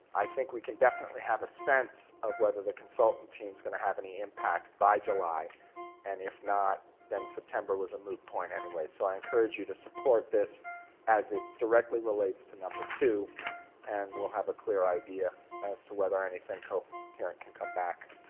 i think we can definitely have a sense of whether the consultant team's going to have any impact by july and if not, then september was a moot point anyway. so i encourage you to support this as it directly relates to number two and we'll have a clear idea as to whether anything coherent can come back